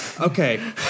Okay